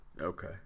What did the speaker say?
Okay